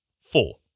Four